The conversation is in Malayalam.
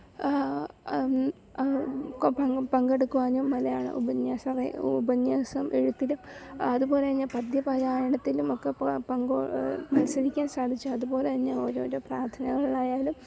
പങ്കെടുക്കുവാനും മലയാള ഉപന്യാസം ഉപന്യാസം എഴുത്തിലും അതുപോലെ തന്നെ പദ്യപാരായണത്തിലും ഒക്കെ മത്സരിക്കാൻ സാധിച്ചു അതുപോലെ തന്നെ ഓരോരോ പ്രാർത്ഥനകളിലായാലും